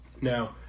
Now